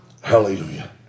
Hallelujah